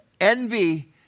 envy